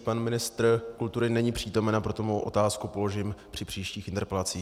Pan ministr kultury není přítomen, a proto svou otázku položím při příštích interpelacích.